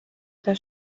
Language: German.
oder